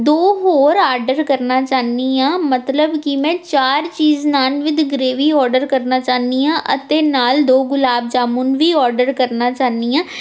ਦੋ ਹੋਰ ਆਰਡਰ ਕਰਨਾ ਚਾਹੁੰਦੀ ਹਾਂ ਮਤਲਬ ਕਿ ਮੈਂ ਚਾਰ cheese naan with gravy order ਕਰਨਾ ਚਾਹੁੰਦੀ ਹਾਂ ਅਤੇ ਨਾਲ਼ ਦੋ ਗੁਲਾਬ ਜਾਮੁਨ ਵੀ ਔਡਰ ਕਰਨਾ ਚਾਹੁੰਦੀ ਹਾਂ